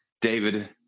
David